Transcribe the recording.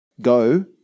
Go